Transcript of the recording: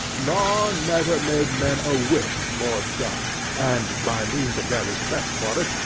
law never made men a whit more just and, by means of their respect for it,